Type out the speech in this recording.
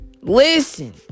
Listen